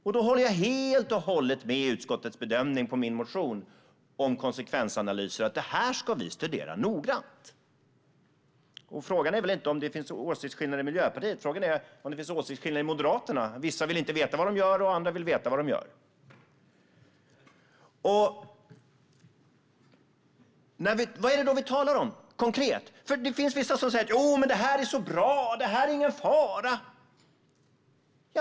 Jag håller helt och hållet med om utskottets bedömning av min motion om konsekvensanalyser: Det här ska vi studera noggrant. Frågan är inte om det finns åsiktsskillnader i Miljöpartiet. Frågan är om det finns åsiktsskillnader i Moderaterna. Vissa vill inte veta vad de gör, och andra vill veta vad de gör. Vad är det då vi talar om konkret? Det finns vissa som säger att det här är så bra och att det inte är någon fara.